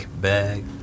bag